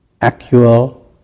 actual